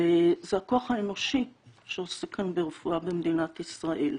זה הכוח האנושי שעוסק כאן ברפואה במדינת ישראל.